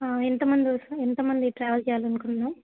ఎంత మంది వస్తునా ఎంతమంది ట్రావెల్ చేయాలి అనుకున్నాం